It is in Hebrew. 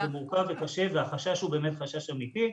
זה מורכב וקשה והחשש הוא באמת חשש אמיתי.